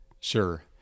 Sure